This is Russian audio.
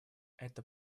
эта